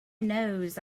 knows